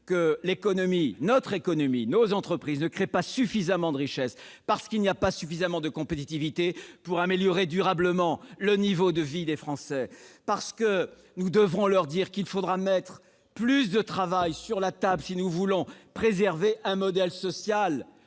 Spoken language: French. que notre économie et nos entreprises ne créent pas suffisamment de richesses, parce qu'elles ne sont pas suffisamment compétitives, pour améliorer durablement leur niveau de vie. Nous devrons leur dire qu'il faudra mettre plus de travail sur la table si nous voulons préserver un modèle social